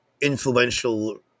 influential